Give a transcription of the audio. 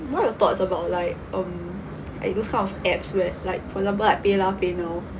what are your thoughts about like um like those kind of apps where like for example like paylah paynow